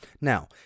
Now